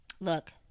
Look